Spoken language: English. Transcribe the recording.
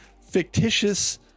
fictitious